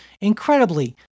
incredibly